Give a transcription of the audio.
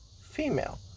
Female